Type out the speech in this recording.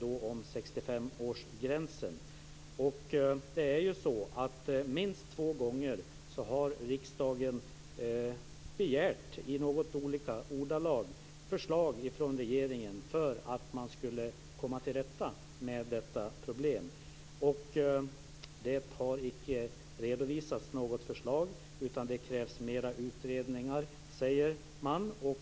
Riksdagen har ju minst två gånger begärt, i något olika ordalag, förslag från regeringen för att komma till rätta med detta problem. Det har icke redovisats något förslag, utan man säger att det krävs mera utredningar och